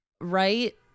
right